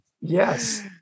Yes